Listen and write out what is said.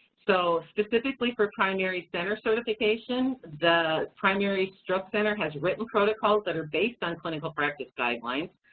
so specifically for primary center certification, the primary stroke center has written protocols that are based on clinical practice guidelines,